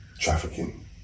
trafficking